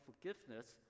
forgiveness